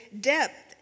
depth